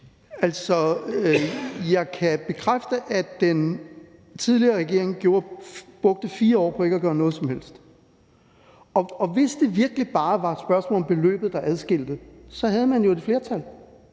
jeg kan bekræfte, at den tidligere regering brugte 4 år på ikke at gøre noget som helst, og hvis det virkelig bare var et spørgsmål om beløbet, der adskilte parterne, så havde man jo et flertal,